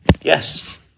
yes